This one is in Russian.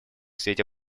свете